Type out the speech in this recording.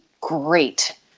great